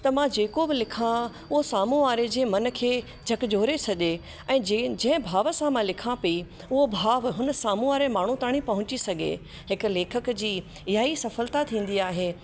त मां जेको बि लिखां उहो साम्हूं वारे जे मन खे झक झोरे छॾे ऐं जंहिं जंहिं भाव सां मां लिखा पई उहो भाव साम्हूं वारे माण्हू ताणी पहुची सघे हिक लेखक जी इहा ई सफ़लता थींदी आहे